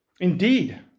Indeed